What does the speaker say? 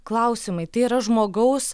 klausimai tai yra žmogaus